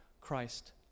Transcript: Christ